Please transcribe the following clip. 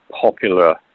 popular